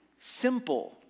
simple